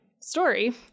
story